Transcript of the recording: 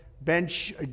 bench